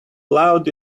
loud